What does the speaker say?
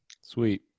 Sweet